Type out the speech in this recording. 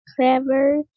clever